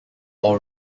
all